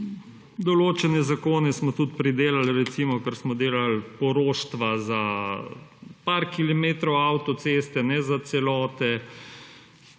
Določene zakone smo tudi pridelali, recimo, ker smo delali poroštva za par kilometrov avtoceste, ne za celote,